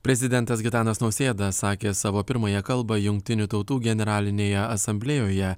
prezidentas gitanas nausėda sakė savo pirmąją kalbą jungtinių tautų generalinėje asamblėjoje